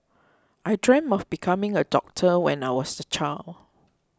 I dreamt of becoming a doctor when I was a child